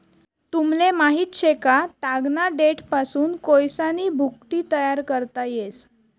तुमले माहित शे का, तागना देठपासून कोयसानी भुकटी तयार करता येस